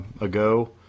ago